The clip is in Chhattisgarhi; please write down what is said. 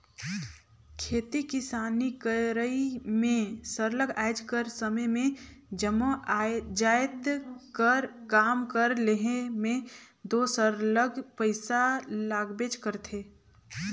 खेती किसानी करई में सरलग आएज कर समे में जम्मो जाएत कर काम कर लेहे में दो सरलग पइसा लागबेच करथे